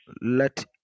let